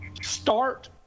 start